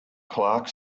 clark